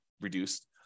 reduced